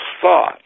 thought